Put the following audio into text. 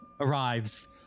arrives